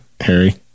Harry